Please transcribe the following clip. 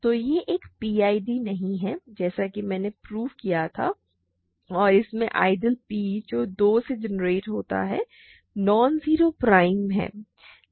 तो यह एक पीआईडी नहीं है जैसा कि मैंने पहले प्रूव किया था और इसमें आइडियल P जो 2 से जेनेरेट होता है नॉन जीरो प्राइम है